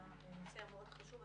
על הנושא המאוד חשוב,